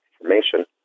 information